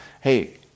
hey